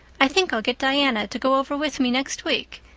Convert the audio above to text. i think i'll get diana to go over with me next week,